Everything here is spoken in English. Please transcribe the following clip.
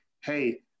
hey